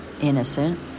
innocent